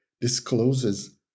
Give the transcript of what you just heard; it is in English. discloses